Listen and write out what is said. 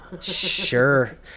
sure